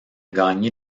gagner